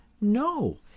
No